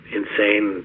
insane